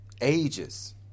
ages